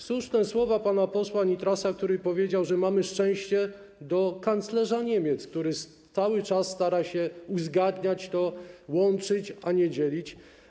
Słuszne są słowa pana posła Nitrasa, który powiedział, że mamy szczęście do kanclerza Niemiec, który cały czas stara się uzgadniać, łączyć, a nie dzielić.